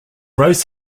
rose